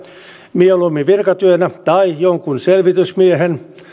mieluummin virkatyönä tai jonkun selvitysmiehen